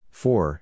four